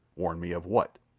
warn me of what?